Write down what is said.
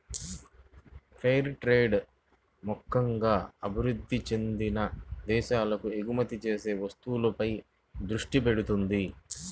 fair trade ముక్కెంగా అభివృద్ధి చెందిన దేశాలకు ఎగుమతి చేసే వస్తువులపై దృష్టి పెడతది